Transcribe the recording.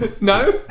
no